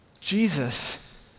Jesus